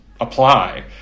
apply